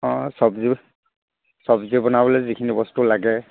অঁ চব্জি চব্জি বনাবলৈ যিখিনি বস্তু লাগে